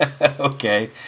Okay